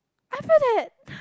I feel that